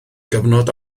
gyfnod